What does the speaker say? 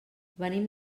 venim